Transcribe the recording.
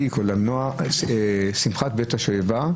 למנוע שמחת בית השואבה.